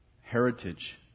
heritage